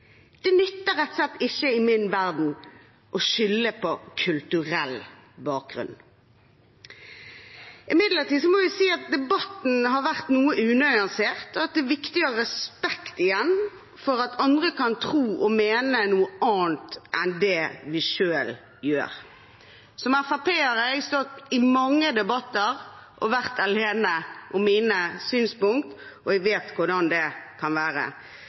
Det nytter rett og slett ikke i min verden å skylde på kulturell bakgrunn. Imidlertid må jeg si at debatten har vært noe unyansert, og at det er viktig å ha respekt for at andre kan tro og mene noe annet enn det vi selv gjør. Som FrP-er har jeg stått i mange debatter og vært alene om mine synspunkt, og jeg vet hvordan det kan være,